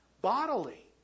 Bodily